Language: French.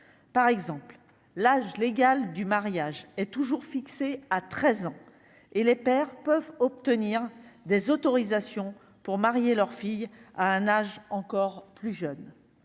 par exemple, l'âge légal du mariage est toujours fixé à 13 ans et les pères peuvent obtenir des autorisations pour marier leurs filles à un âge encore plus jeune,